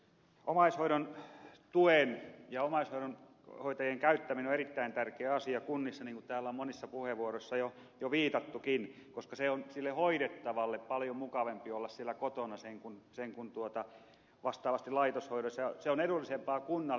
omaishoidon tuen ja omaishoitajien käyttäminen on erittäin tärkeä asia kunnissa niin kuin täällä on monissa puheenvuoroissa jo viitattukin koska sille hoidettavalle on paljon mukavampi olla siellä kotona kuin vastaavasti laitoshoidossa ja se on edullisempaa kunnalle